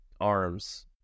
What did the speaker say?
arms